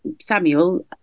Samuel